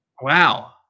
Wow